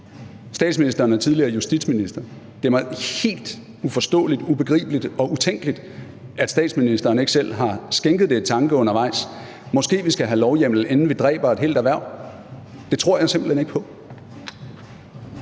Statsministeren er tidligere justitsminister. Det er mig helt uforståeligt, ubegribeligt og utænkeligt, at statsministeren ikke selv har skænket det en tanke undervejs: Måske skal vi have lovhjemmel, inden vi dræber et helt erhverv. Det tror jeg simpelt hen ikke på.